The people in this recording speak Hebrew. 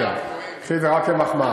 בסדר, קחי את זה רק כמחמאה.